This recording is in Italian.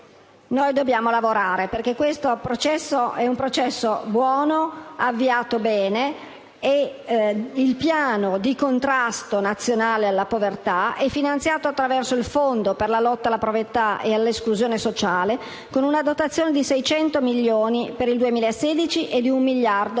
Noi dobbiamo lavorare perché questo processo è buono, è avviato bene e il Piano nazionale di contrasto alla povertà è finanziato attraverso il Fondo per la lotta alla povertà e all'esclusione sociale, con una dotazione di 600 milioni per il 2016 e di un miliardo a